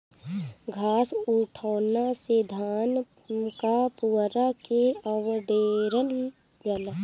घास उठौना से धान क पुअरा के अवडेरल जाला